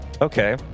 Okay